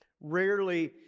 Rarely